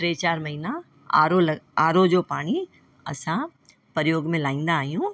टे चारि महीना आरो आरो जो पाणी असां प्रयोग में लाईंदा आहियूं